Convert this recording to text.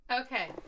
Okay